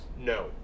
No